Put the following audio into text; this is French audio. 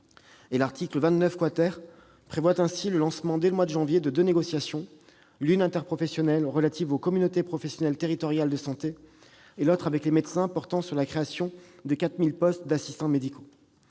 L'article 29 prévoit ainsi le lancement, dès le mois de janvier prochain, de deux négociations, l'une, interprofessionnelle, relative aux communautés professionnelles territoriales de santé, l'autre, avec les médecins, portant sur la création de 4 000 postes d'assistants médicaux.